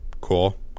cool